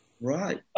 Right